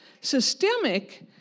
Systemic